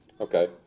Okay